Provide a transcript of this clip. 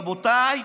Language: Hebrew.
רבותיי,